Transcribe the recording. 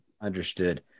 Understood